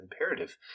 imperative